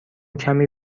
کمی